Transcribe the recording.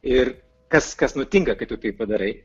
ir kas kas nutinka kai tu tai padarai